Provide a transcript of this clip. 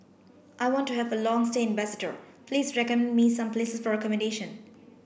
I want to have a long stay in Basseterre please recommend me some place for accommodation